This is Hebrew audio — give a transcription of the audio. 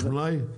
יש מלאי?